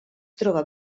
troba